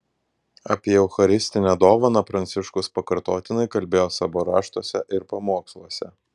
apie eucharistinę dovaną pranciškus pakartotinai kalbėjo savo raštuose ir pamoksluose